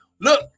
look